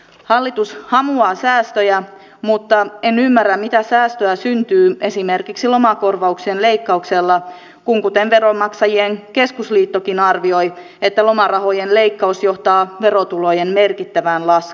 hallitus hamuaa säästöjä mutta en ymmärrä mitä säästöä syntyy esimerkiksi lomakorvauksien leikkauksella kun veronmaksajain keskusliittokin arvioi että lomarahojen leikkaus johtaa verotulojen merkittävään laskuun